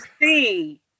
see